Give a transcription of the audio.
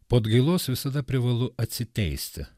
po atgailos visada privalu atsiteisti